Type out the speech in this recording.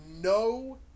no